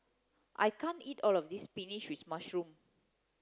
I can't eat all of this spinach with mushroom